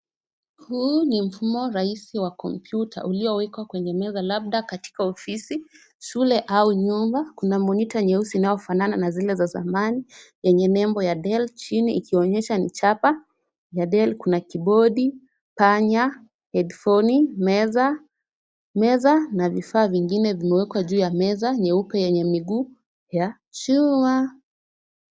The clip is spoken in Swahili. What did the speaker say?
Huu ni mfumo rahisi wa kompyuta uliowekwa kwenye meza labda katika ofisi, shule au nyumba. Kuna monitor nyeusi inayofanana na zile za zamani yenye nembo ya Del chini ikionyesha nichapa ya Del na kibodi, panya, headphone , meza na vifaa vingine vimewekwa juu ya meza nyeupe yenye miguu ya chuma.